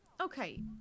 Okay